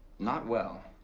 not well.